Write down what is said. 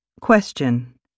Question